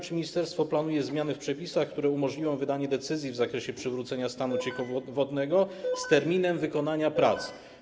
Czy ministerstwo planuje zmiany w przepisach, które umożliwią wydanie decyzji w zakresie przywrócenia stanu cieku wodnego z terminem wykonania prac?